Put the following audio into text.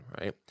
Right